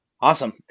Awesome